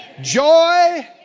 Joy